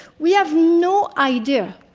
we have no idea,